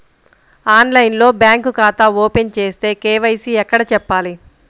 ఆన్లైన్లో బ్యాంకు ఖాతా ఓపెన్ చేస్తే, కే.వై.సి ఎక్కడ చెప్పాలి?